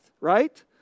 right